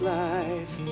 life